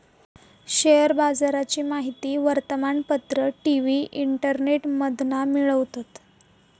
share बाजाराची माहिती वर्तमानपत्र, टी.वी, इंटरनेटमधना मिळवतत